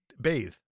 bathe